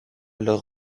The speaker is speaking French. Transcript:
leur